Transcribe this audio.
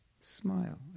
smile